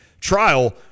trial